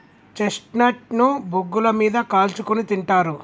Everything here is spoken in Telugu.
చెస్ట్నట్ ను బొగ్గుల మీద కాల్చుకుని తింటారు